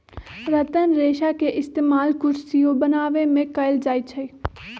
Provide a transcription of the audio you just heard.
रतन रेशा के इस्तेमाल कुरसियो बनावे में कएल जाई छई